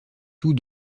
tous